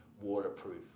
waterproof